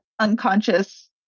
unconscious